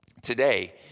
Today